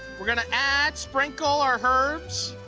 we're gonna add, sprinkle our herbs.